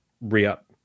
re-up